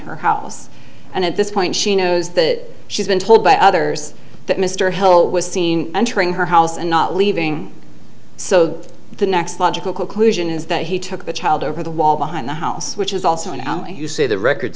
her house and at this point she knows that she's been told by others that mr hill was seen entering her house and not leaving so that the next logical conclusion is that he took the child over the wall behind the house which is also now you say the record